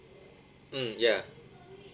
mm ya